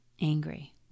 Angry